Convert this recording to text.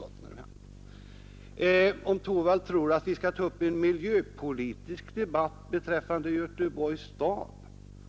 Om herr Torwald tror att vi här skall ta upp en miljöpolitisk debatt om Göteborgs stad,